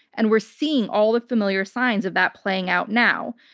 and we're seeing all the familiar signs of that playing out now.